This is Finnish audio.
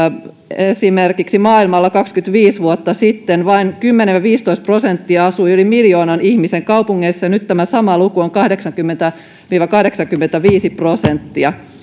esimerkiksi maailmalla kaksikymmentäviisi vuotta sitten vain kymmenen viiva viisitoista prosenttia asui yli miljoonan ihmisen kaupungissa ja nyt tämä sama luku on kahdeksankymmentä viiva kahdeksankymmentäviisi prosenttia